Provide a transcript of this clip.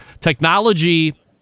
technology